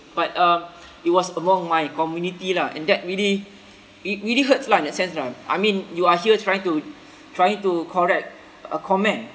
but um it was among my community lah and that really it really hurts lah in that sense lah I mean you are here trying to trying to correct a comment